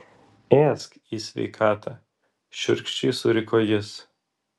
ėsk į sveikatą šiurkščiai suriko jis